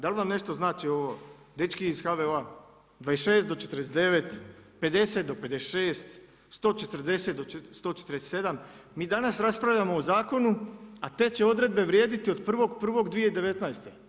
Da li vam nešto znači ovo, dečki iz HVO-a 26. do 49, 50 do 56, 140 do 147, mi danas raspravljamo o zakonu a te će odredbe vrijediti od 1.1.2019.